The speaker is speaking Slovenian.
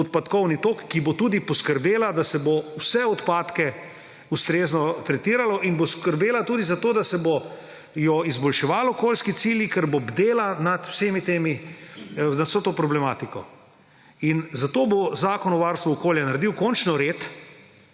odpadkovni tok, ki bo tudi poskrbela, da se bo vse odpadke ustrezno tretiralo, in bo skrbela tudi za to, da se bodo izboljševali okoljski cilji, ker bo bdela nad vso to problematiko. Zato bo zakon o varstvu okolja končno naredil